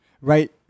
right